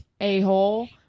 a-hole